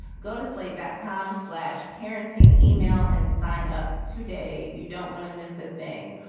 go to slate that com slash parenting email and sign up to day. you don't want to miss a thing.